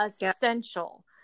essential